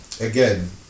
again